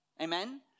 amen